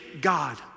God